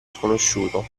sconosciuto